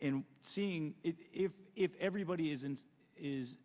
and seeing if if everybody is